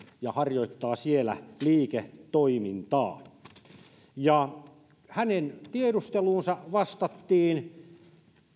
ja harjoittaa siellä liiketoimintaa hänen tiedusteluunsa vastattiin